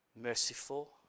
merciful